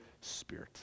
spirit